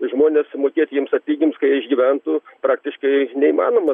žmones sumokėti jiems atlyginimus ka jie išgyventų praktiškai neįmanoma